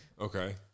Okay